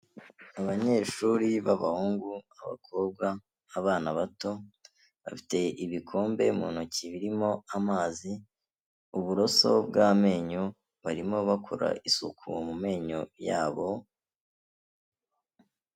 Abanyeshuri b'abahungu ,abakobwa ,abana bato, bafite ibikombe mu ntoki birimo amazi uburoso bw'amenyo, barimo bakora isuku mu menyo yabo,